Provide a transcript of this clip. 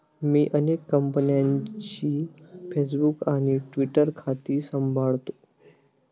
मी अनेक कंपन्यांची फेसबुक आणि ट्विटर खाती सांभाळतो